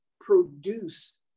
produce